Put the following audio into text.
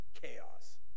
chaos